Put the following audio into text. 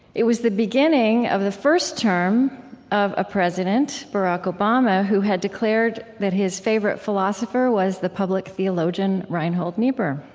it was the beginning of the first term of a president, barack obama, who had declared that his favorite philosopher was the public theologian reinhold niebuhr.